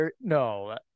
No